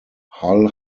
hull